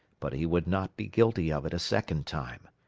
but he would not be guilty of it a second time.